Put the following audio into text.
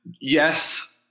Yes